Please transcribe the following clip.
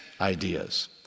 ideas